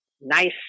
nice